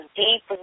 deep